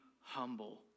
humble